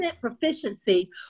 proficiency